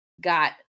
got